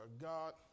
God